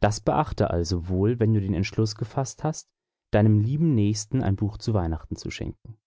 das beachte also wohl wenn du den entschluß gefaßt hast deinem lieben nächsten ein buch zu weihnachten zu schenken